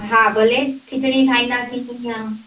हा भले खिचड़ी ठाहींदासीं या